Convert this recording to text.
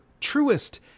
truest